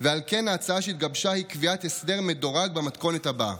ועל כן ההצעה שהתגבשה היא קביעת הסדר מדורג במתכונת הבאה: